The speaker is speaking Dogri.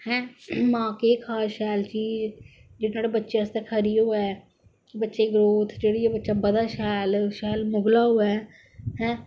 हैं मां के खाए सैल चीज जेहड़ी नुआढ़े बच्चे आस्तै खरी होऐ बच्चे दी ग्राउथ जेहड़ी ऐ बच्चा बधे शैल शैल मुगला होऐ हैं